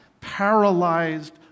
paralyzed